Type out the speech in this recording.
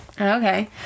Okay